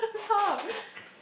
stop